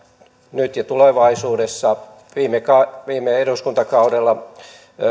nyt ja tulevaisuudessa viime eduskuntakaudella